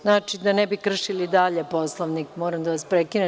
Znači, da ne bi kršili dalje Poslovnik, moram da vas prekinem.